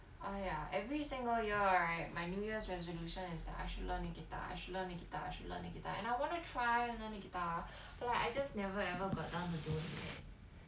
!aiya! every single year right my new year's resolution is that I should learn the guitar I should learn the guitar I should learn the guitar and I want to try and learn the guitar but like I just never ever got down to doing it